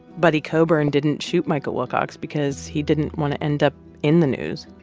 buddy coburn didn't shoot michael wilcox because he didn't want to end up in the news.